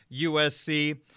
USC